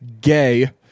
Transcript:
gay